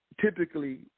typically